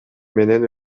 менен